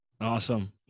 Awesome